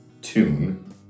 tune